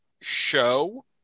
show